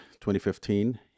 2015